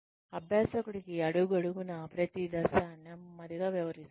అభ్యాసకుడికి అడుగడుగునా ప్రతి దశ నెమ్మదిగా వివరిస్తుంది